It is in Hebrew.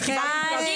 אני קיבלתי מכות.